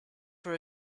for